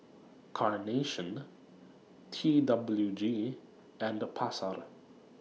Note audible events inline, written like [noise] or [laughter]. Carnation T W G and The Pasar [noise]